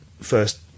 first